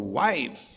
wife